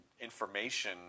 information